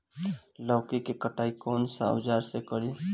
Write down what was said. लौकी के कटाई कौन सा औजार से करी?